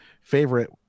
favorite